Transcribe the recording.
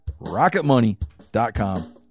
RocketMoney.com